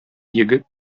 егет